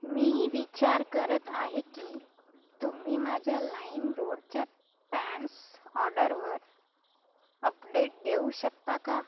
मी विचार करत आहे की तुम्ही माझ्या लाईमरोडच्या पॅन्ट्स ऑर्डरवर अपडेट देऊ शकता का